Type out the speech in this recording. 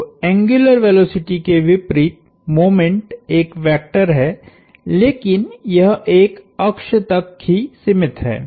तो angular velocity के विपरीत मोमेंट एक वेक्टर है लेकिन यह एक अक्ष तक ही सिमित है